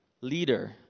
leader